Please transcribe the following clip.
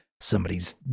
somebody's